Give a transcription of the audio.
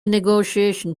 negotiation